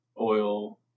oil